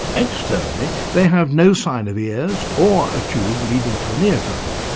externally they have no sign of ears or a tube leading to an eardrum.